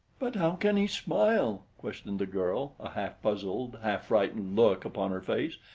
but how can he smile? questioned the girl, a half-puzzled, half-frightened look upon her face.